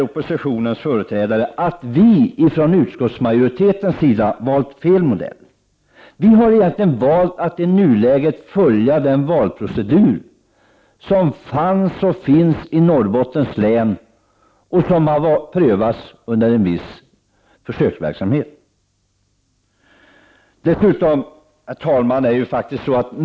Oppositionens företrädare hävdar nu här i kväll att utskottsmajoriteten valt fel modell. Vi har valt att i nuläget följa den valprocedur som tillämpas i Norrbottens län och som prövats under en försöksperiod.